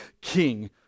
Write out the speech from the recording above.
king